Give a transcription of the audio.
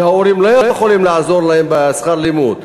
שההורים לא יכולים לעזור להם בשכר לימוד,